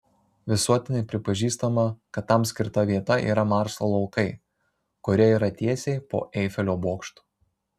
visuotinai pripažįstama kad tam skirta vieta yra marso laukai kurie yra tiesiai po eifelio bokštu